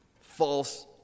false